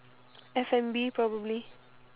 F and B probably